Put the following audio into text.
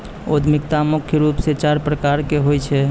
उद्यमिता मुख्य रूप से चार प्रकार के होय छै